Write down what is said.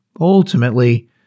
ultimately